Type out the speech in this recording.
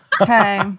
Okay